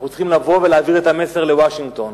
אנחנו צריכים לבוא ולהעביר את המסר לוושינגטון.